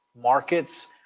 Markets